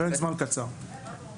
לא יותר מכמה ימים.